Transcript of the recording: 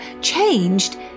changed